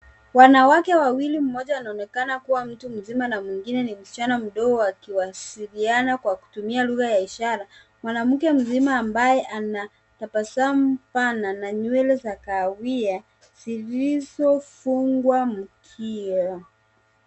Wanawake wawili mmoja anaonekana kuwa mtu mzima na mwingine ni msichana mdogo wakiwasiliana kwa kutumia lugha ya ishara. Mwanamke mzima ambaye anatabasamu pana na nywele za kahawia zilizofungwa mkia.